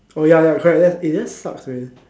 oh ya ya correct ya that's sucks man